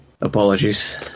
apologies